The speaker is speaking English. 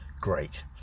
Great